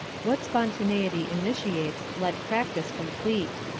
what spontaneity initiates let practise complete.